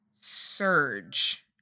surge